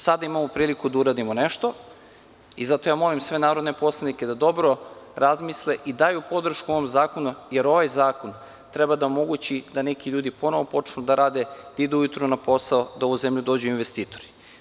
Sada imamo priliku da uradimo nešto i zato ja molim sve narodne poslanike da dobro razmisle i daju podršku ovom zakonu, jer ovaj zakon treba da omogući da neki ljudi ponovo počnu da rade, idu ujutru na posao, da u ovu zemlju dođu investitori.